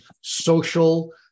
social